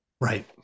Right